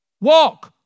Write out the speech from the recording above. Walk